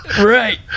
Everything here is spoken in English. Right